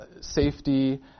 safety